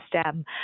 STEM